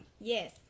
Yes